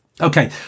Okay